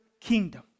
kingdom